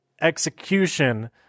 execution